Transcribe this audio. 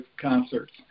concerts